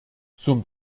zum